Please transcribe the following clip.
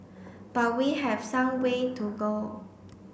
but we have some way to go